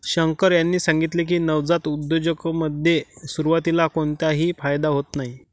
शंकर यांनी सांगितले की, नवजात उद्योजकतेमध्ये सुरुवातीला कोणताही फायदा होत नाही